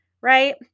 right